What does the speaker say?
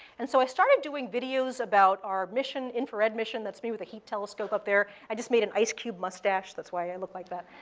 and so i started doing videos about our mission infrared mission. that's me with a heat telescope up there. i just made an ice cube mustache. that's why i look like that.